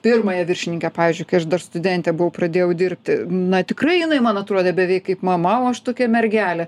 pirmąją viršininkę pavyzdžiui kai aš dar studentė buvau pradėjau dirbti na tikrai jinai man atrodė beveik kaip mama o aš tokia mergelė